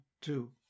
two